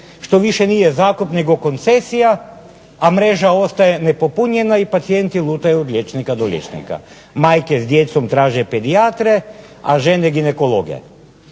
što više nije zakup nego koncesija, a mreža ostaje nepopunjena i pacijenti lutaju od liječnika do liječnika. Majke s djecom traže pedijatre, a žene ginekologe.